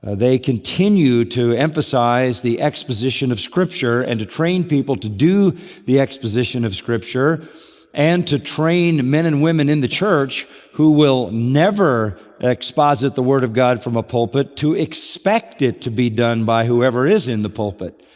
ah they continue to emphasize the exposition of scripture and to train people to do the exposition of scripture and to train men and women in the church who will never exposit the word of god from a pulpit to expect it to be done by whoever is in the pulpit.